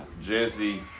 Jesse